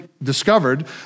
Discovered